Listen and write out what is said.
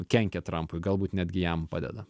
kenkia trampui galbūt netgi jam padeda